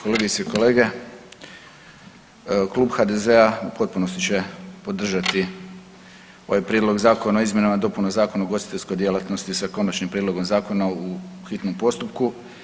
Kolegice i kolege Klub HDZ-a u potpunosti će podržati ovaj Prijedlog Zakona o izmjenama i dopunama Zakona o ugostiteljskoj djelatnosti sa konačnim prijedlogom zakona u hitnom postupku.